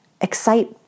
excite